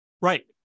Right